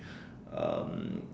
um